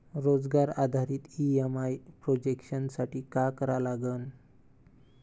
रोजगार आधारित EMI projection साठी का करा लागन?